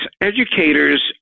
Educators